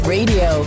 Radio